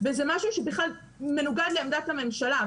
וזה משהו שבכלל מנוגד לעמדת הממשלה.